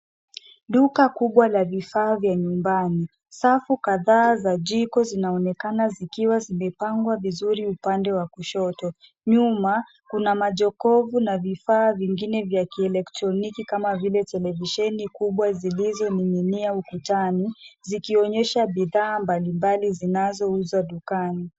Duka kubwa la vifaa vya nyumbani safu kadhaa za jiko zinaonekana kizikiwa zimepangwa vizuri upande wa kushoto, nyuma kuna majokovu na vifaa vingine vya kielektroniki kama vile televisheni kubwa zilizo ning'inia ukutani zikionyesha bidhaa mbali mbali zinazouzwa dukani.